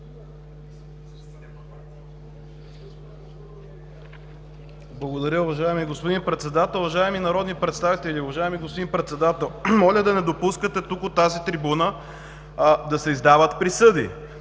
Благодаря. Уважаеми господин Председател, уважаеми народни представители! Уважаеми господин Председател, моля да не допускате тук, от тази трибуна, да се издават присъди!